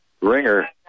Ringer